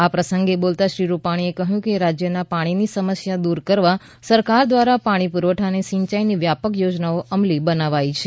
આ પ્રસંગે બોલતાં શ્રી રૂપાણીએ કહ્યું કે રાજ્યમાં પાણીની સમસ્યા દૂર કરવા સરકાર દ્રારા પાણી પુરવઠા અને સિંચાઈની વ્યાપક યોજનાઓ અમલી બનવાઈ છે